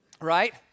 right